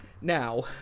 Now